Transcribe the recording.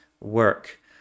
work